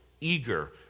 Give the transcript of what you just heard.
eager